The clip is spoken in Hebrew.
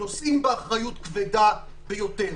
נושאים באחריות כבדה ביותר.